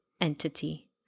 entity